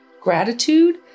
Gratitude